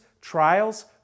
trials